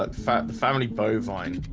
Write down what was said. but fact the family bovine.